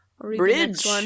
Bridge